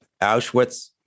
Auschwitz